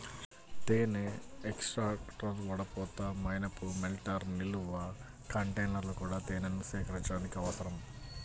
తేనె ఎక్స్ట్రాక్టర్, వడపోత, మైనపు మెల్టర్, నిల్వ కంటైనర్లు కూడా తేనెను సేకరించడానికి అవసరం